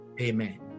Amen